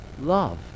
love